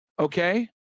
Okay